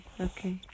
okay